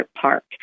Park